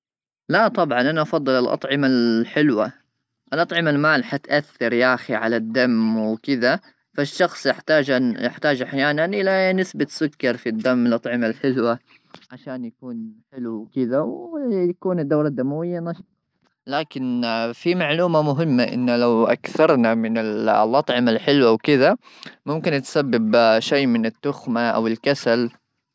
لا طبعا انا افضل الاطعمه الحلوه الاطعمه المالحه تؤثر يا اخي على الدم وكذا فالشخص يحتاج يحتاج احيانا لا نسبه سكر في الدم الاطعمه الحلوه عشان يكون حلو وكذا ويكون الدوره الدمويه نشطه لكن في معلومه مهمه انه لو اكثرنا من الاطعمه الحلوه وكذا ممكن تسبب شيء من التخمه او الكسل